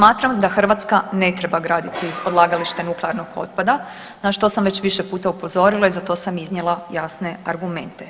Smatram da Hrvatska ne treba graditi odlagalište nuklearnog otpada na što sam već više puta upozorila i za to sam iznijela jasne argumente.